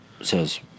says